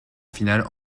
finale